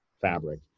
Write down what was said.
fabric